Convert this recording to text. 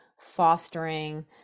fostering